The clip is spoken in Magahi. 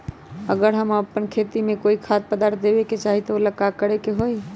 अगर हम अपना खेती में कोइ खाद्य पदार्थ देबे के चाही त वो ला का करे के होई?